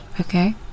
okay